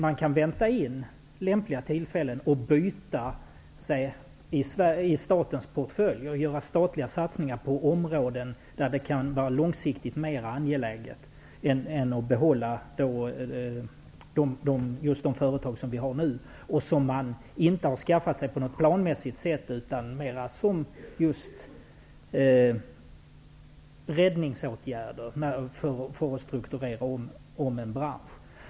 Man kan vänta in lämpliga tillfällen för att göra byten i statens portfölj och göra statliga satsningar på områden där det långsiktigt kan vara mer angeläget med sådana än att behålla just de företag som staten nu har och som staten inte har skaffat sig på något planmässigt sätt; de har snarare hamnat där genom räddningsåtgärder när det gällt att strukturera om en bransch.